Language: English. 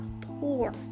poor